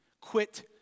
quit